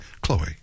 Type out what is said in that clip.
Chloe